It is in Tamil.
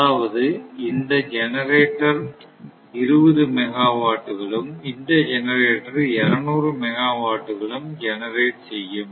அதாவது இந்த ஜெனரேட்டர் 20 மெகாவாட் களும் இந்த ஜெனரேட்டர் 200 மெகாவாட் களும் ஜெனரேட் செய்யும்